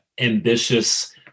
ambitious